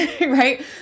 right